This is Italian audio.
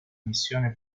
missione